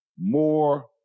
more